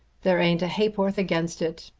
there ain't a ha'porth against it.